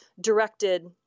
directed